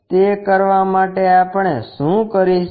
તે કરવા માટે આપણે શું કરીશું